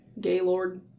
Gaylord